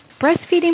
Breastfeeding